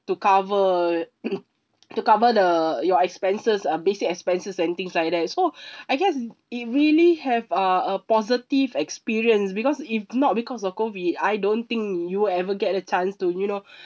to cover to cover the your expenses uh basic expenses and things like that so I guess it really have uh a positive experience because if not because of COVID I don't think you'll ever get a chance to you know